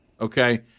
okay